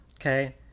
okay